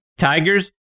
Tigers